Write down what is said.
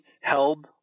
held